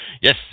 Yes